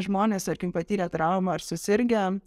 žmonės tarkim patyrę traumą ar susirgę